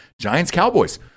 Giants-Cowboys